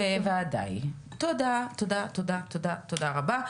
תודה רבה.